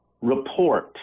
report